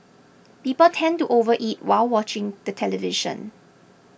people tend to overeat while watching the television